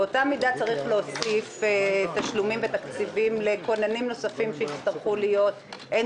באותה מידה צריך להוסיף תשלומים ותקציבים לכוננים שיצטרכו להיות הן